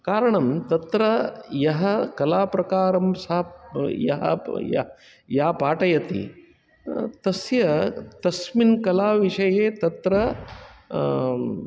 कारणं तत्र यः कलाप्रकारं सः यःया पाठयति तस्य तस्मिन् कलाविषये तत्र